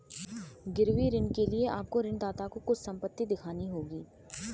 गिरवी ऋण के लिए आपको ऋणदाता को कुछ संपत्ति दिखानी होगी